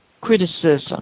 criticism